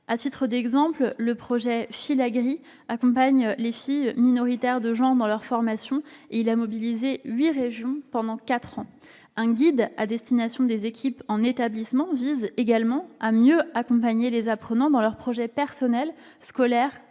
À titre d'exemple, le projet Filagri accompagne les filles minoritaires dans leur formation ; il a mobilisé huit régions pendant quatre ans. Un guide à destination des équipes, dans les établissements, vise également à mieux accompagner les apprenants dans leurs projets personnels, scolaires et